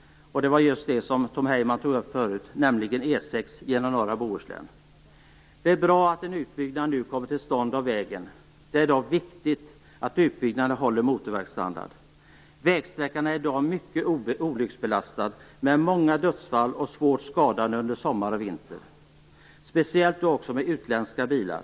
Tom Bohuslän. Det är bra att en utbyggnad av vägen nu kommer till stånd. Det är dock viktigt att utbyggnaden håller motorvägsstandard. Vägsträckan är i dag mycket olycksbelastad med många dödsfall och svårt skadade under sommar och vinter, och speciellt med utländska bilar.